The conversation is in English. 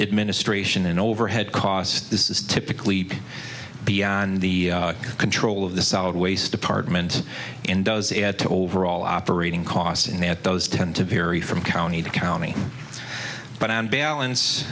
it ministration and overhead costs this is typically beyond the control of the solid waste department and does add to the overall operating cost and that those tend to vary from county to county but on balance